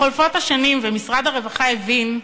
חולפות השנים, ומשרד הרווחה הבין: